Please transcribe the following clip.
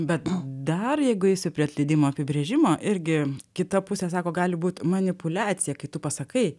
bet dar jeigu eisiu prie atleidimo apibrėžimo irgi kita pusė sako gali būt manipuliacija kai tu pasakai